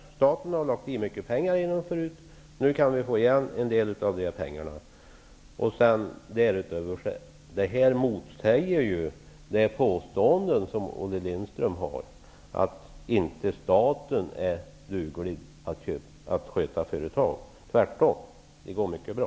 Staten har satsat mycket pengar i dem förut, och nu kan vi få igen en del av de pengarna. Det här motsäger ju påståendet som Olle Lindström gör, att staten inte duger till att sköta företag. Tvärtom, det går mycket bra.